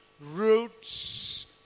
roots